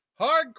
Hardcore